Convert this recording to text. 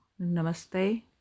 Namaste